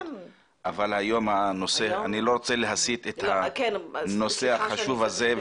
אבל אני לא רוצה להסיט את הנושא החשוב הזה,